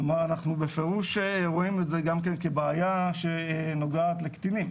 כלומר אנחנו בפירוש רואים את זה גם כן כבעייה שנוגעת לקטינים.